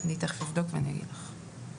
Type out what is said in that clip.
אני תיכף אבדוק ואגיד לך.